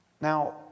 Now